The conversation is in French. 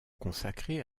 consacré